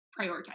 prioritize